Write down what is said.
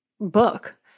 book